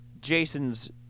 Jason's